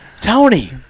Tony